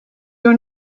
your